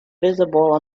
visible